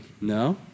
No